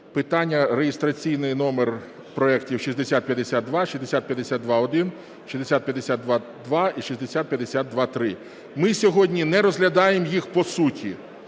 питання, реєстраційний номер проектів 6052, 6052-1, 6052-2 і 6052-3. Ми сьогодні не розглядаємо їх по суті.